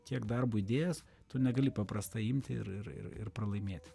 tiek darbo įdėjęs tu negali paprastai imti ir ir ir ir pralaimėti